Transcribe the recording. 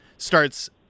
starts